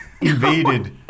invaded